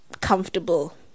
comfortable